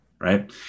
right